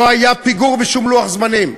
לא היה פיגור בשום לוח זמנים,